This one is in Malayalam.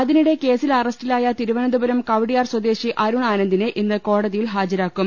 അതിനിടെ കേസിൽ അറസ്റ്റിലായ തിരുവനന്തപുരം കവടിയാർ സ്വദേശി അരുൺ ആനന്ദിനെ ഇന്ന് കോടതിയിൽ ഹാജരാക്കും